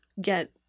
get